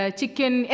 chicken